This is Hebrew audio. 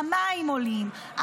המים עולים,